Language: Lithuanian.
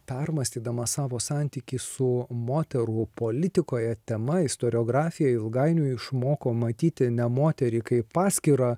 permąstydamas savo santykį su moterų politikoje tema istoriografija ilgainiui išmoko matyti ne moterį kaip paskyrą